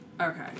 Okay